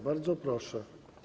Bardzo proszę.